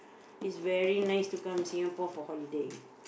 is very nice to come Singapore for holiday